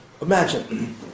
Imagine